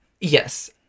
yes